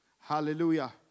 Hallelujah